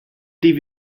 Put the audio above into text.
dvd